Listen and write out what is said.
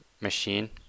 machine